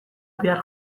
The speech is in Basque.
bihar